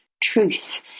truth